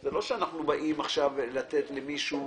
זה לא שאנחנו באים עכשיו לתת למישהו